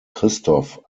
christoph